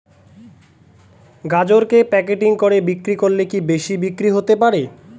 গাজরকে প্যাকেটিং করে বিক্রি করলে কি বেশি বিক্রি হতে পারে?